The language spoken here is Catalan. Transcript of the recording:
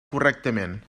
correctament